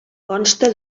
consta